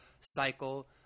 cycle